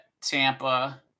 Tampa